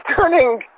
turning